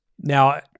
Now